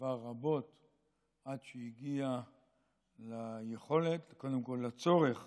שעבר רבות עד שהגיע ליכולת וקודם כול לצורך